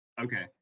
Okay